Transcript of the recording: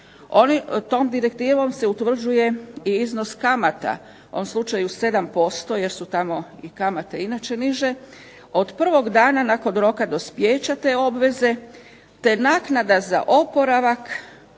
Tom direktivom se utvrđuje i iznos kamata, ovom slučaju 7% jer su tamo kamate inače niže, od prvog dana nakon roka dospijeća te obveze te naknada za oporavak,